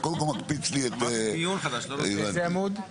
ואז קורא שנעשות טעויות במוסדות התכנון,